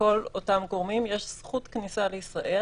לכל אותם גורמים יש זכות כניסה לישראל,